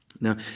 Now